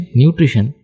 nutrition